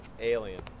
alien